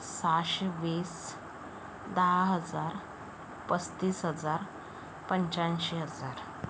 सहाशे वीस दहा हजार पस्तीस हजार पंच्याऐंशी हजार